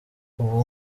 ubu